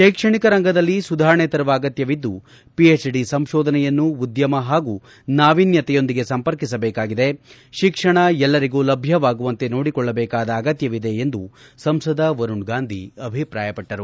ಶ್ಲೆಕ್ಷಣಿಕ ರಂಗದಲ್ಲಿ ಸುಧಾರಣೆ ತರುವ ಅಗತ್ತವಿದ್ದು ಪಿಎಚ್ಡಿ ಸಂಶೋಧನೆಯನ್ನು ಉದ್ದಮ ಹಾಗೂ ನಾವಿನ್ನತೆಯೊಂದಿಗೆ ಸಂಪರ್ಕಿಸಬೇಕಾಗಿದೆ ಶಿಕ್ಷಣ ಎಲ್ಲರಿಗೂ ಲಭ್ಯವಾಗುವಂತೆ ನೋಡಿಕೊಳ್ಳಬೇಕಾದ ಅಗತ್ಯವಿದೆ ಎಂದು ಸಂಸದ ವರುಣ್ ಗಾಂಧಿ ಅಭಿಪ್ರಾಯಪಟ್ಟರು